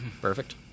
Perfect